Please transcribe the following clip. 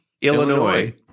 Illinois